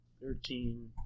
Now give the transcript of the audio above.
Thirteen